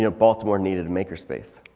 you know baltimore needed a maker space.